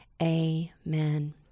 Amen